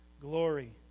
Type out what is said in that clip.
Glory